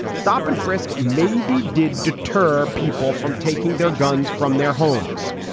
stop and frisk may be did deter people from taking their guns from their homes.